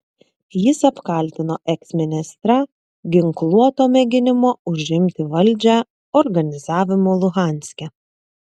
jis apkaltino eksministrą ginkluoto mėginimo užimti valdžią organizavimu luhanske